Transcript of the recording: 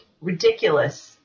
ridiculous